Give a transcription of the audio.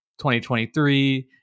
2023